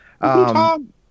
Tom